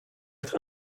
être